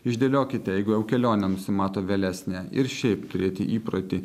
išdėliokite jeigu jau kelionė nusimato vėlesnė ir šiaip turėti įprotį